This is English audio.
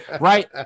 right